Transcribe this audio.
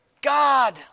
God